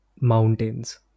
mountains